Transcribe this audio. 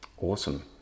Awesome